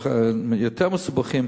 או ניתוחים יותר מסובכים,